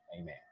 Amen